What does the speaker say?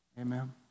Amen